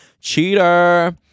cheater